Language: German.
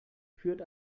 führt